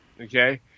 okay